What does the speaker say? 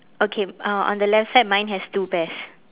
okay uh on the left side mine has two pairs